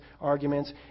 arguments